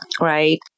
right